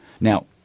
Now